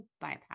bypass